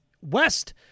West